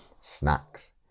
snacks